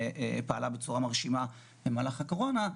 פעלה בצורה מרשימה במהלך הקורונה,